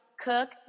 cook